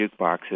jukeboxes